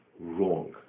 wrong